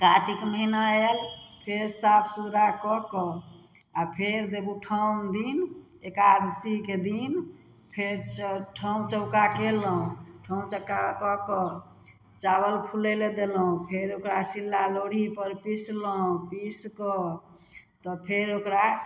कातिक महिना आएल फेर साफ सुथरा कऽ कऽ आ फेर देबउठाओन दिन एकादशीके दिन फेर ठाँउ चौका कयलहुँ ठाँउ चौका कऽ कऽ चावल फूलै लए देलहुँ फेर ओकरा शिला लोड़ही पर पीसलहुँ पीस कऽ तऽ फेर ओकरा